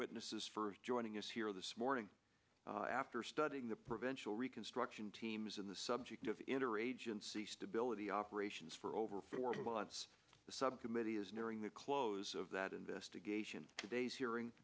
witnesses for joining us here this morning after studying the prevention reconstruction teams in the subject of interagency stability operations for over four months the subcommittee is nearing the close of that investigation today's hearing